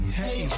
hey